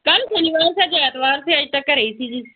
ਕੱਲ੍ਹ ਸ਼ਨੀਵਾਰ ਤਾ ਅੱਜ ਐਤਵਾਰ ਸੀ ਅੱਜ ਤਾਂ ਘਰੇ ਸੀ ਜੀ